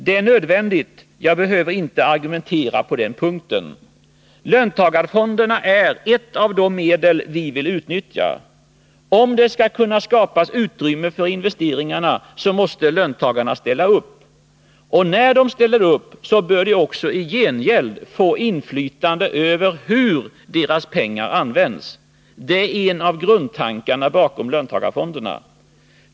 Det är nödvändigt — jag behöver inte argumentera på den punkten. Löntagarfonderna är ett av de medel vi vill utnyttja. Om det skall kunna skapas utrymme för investeringarna, måste löntagarna ställa upp. Och när de ställer upp, bör de också i gengäld få inflytande över hur deras pengar används. Det är en av grundtankarna bakom löntagarfonderna.